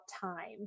time